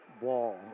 ball